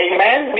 Amen